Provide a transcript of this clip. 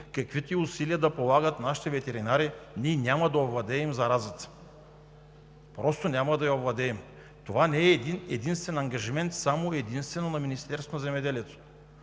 каквито и усилия да полагат нашите ветеринари, ние няма да овладеем заразата, просто няма да я овладеем. Това не е единствен ангажимент само и единствено на Министерството на земеделието.